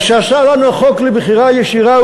מה שעשה לנו החוק לבחירה ישירה,